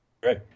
great